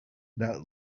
that